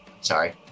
Sorry